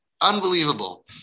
unbelievable